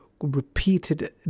repeated